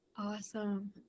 awesome